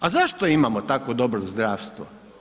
A zašto imamo tako dobro zdravstvo?